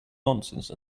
nonsense